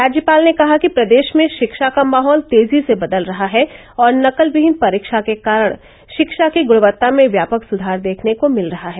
राज्यपाल ने कहा कि प्रदेश में शिक्षा का माहौल तेजी से बदल रहा है और नकलविहीन परीक्षा के कारण रिक्षा की गुणवत्ता में व्यापक सुधार देखने को मिल रहा है